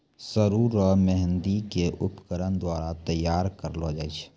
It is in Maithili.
सरु रो मेंहदी के उपकरण द्वारा तैयार करलो जाय छै